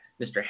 Mr